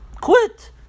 Quit